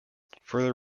further